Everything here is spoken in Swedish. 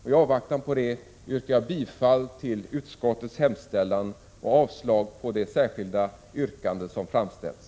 T avvaktan på det yrkar jag bifall till utskottets hemställan och avslag på det särskilda yrkande som framställts.